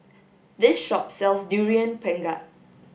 this shop sells durian pengat